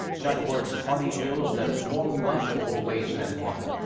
in other words, hearty meals that warm you up in more ways than one.